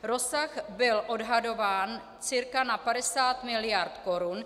Rozsah byl odhadován cca na 50 mld. korun.